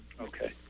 Okay